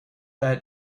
that